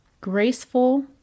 graceful